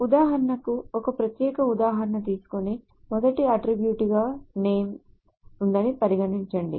ఉదాహరణకు ఒక ప్రత్యేక ఉదాహరణ తీసుకొని మొదటి అట్ట్రిబ్యూట్ గా name ఉందని పరిగణించండి